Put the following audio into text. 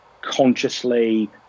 consciously